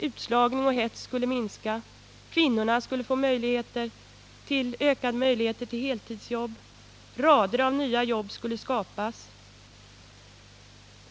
Utslagning och hets skulle minska. Kvinnorna skulle få ökade möjligheter till heltidsarbete. Rader av nya jobb skulle skapas.